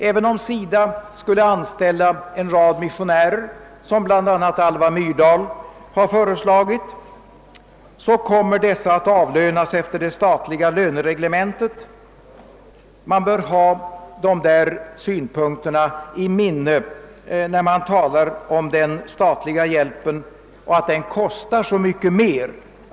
Även om SIDA skulle anställa en rad missionärer, vilket bl.a. Alva Myrdal har föreslagit, kommer dessa att avlönas enligt det statliga lönereglementet. Man bör hålla dessa synpunkter i minnet när man talar om att den statliga hjälpen kostar så mycket mer.